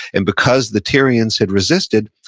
and because the tyrians had resisted,